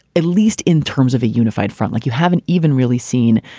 at least in terms of a unified front, like you haven't even really seen